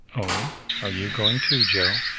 oh are you going too, joe?